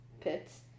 pits